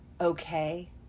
okay